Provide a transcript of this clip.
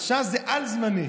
ש"ס זה על-זמני.